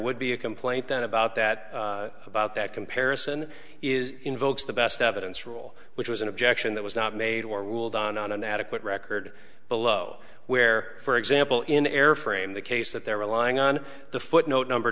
would be a complaint then about that about that comparison is invokes the best evidence rule which was an objection that was not made or ruled on on an adequate record below where for example in airframe the case that they're relying on the footnote number